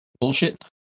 bullshit